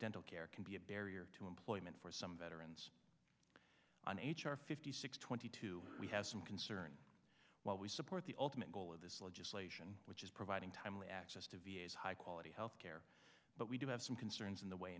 dental care can be a barrier to employment for some veterans on h r fifty six twenty two we have some concern while we support the ultimate goal of this legislation which is providing timely access to v a s high quality health care but we do have some concerns in the way